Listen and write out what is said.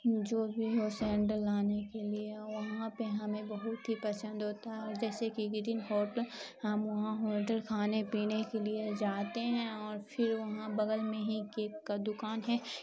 جو بھی ہو سینٹر لانے کے لیے وہاں پہ ہمیں بہت ہی پسند ہوتا ہے اور جیسے کہ گرین ہوٹل ہم وہاں ہوٹل کھانے پینے کے لیے جاتے ہیں اور پھر وہاں بغل میں ہی کیک کا دکان ہے